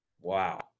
Wow